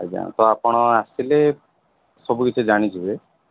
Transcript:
ଆଜ୍ଞା ତ ଆପଣ ଆସିଲେ ସବୁ କିଛି ଜାଣି ଯିବେ